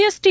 ST